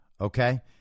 okay